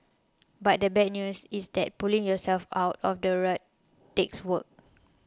but the bad news is that pulling yourself out of the rut takes work